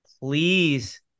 please